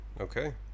Okay